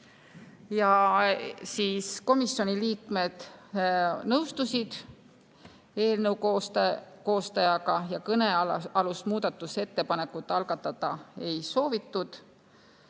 jäämisest. Komisjoni liikmed nõustusid eelnõu koostajaga ja kõnealust muudatusettepanekut algatada ei soovitud.